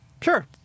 sure